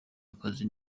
akazi